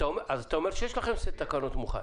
אז אתה אומר שיש לכם סט תקנות מוכן.